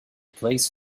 placed